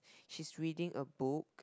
she's reading a book